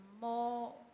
more